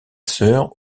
sœur